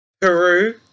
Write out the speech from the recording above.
Peru